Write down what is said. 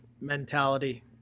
mentality